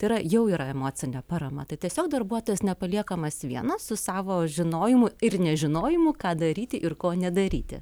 tai yra jau yra emocinė parama tai tiesiog darbuotojas nepaliekamas vienas su savo žinojimu ir nežinojimu ką daryti ir ko nedaryti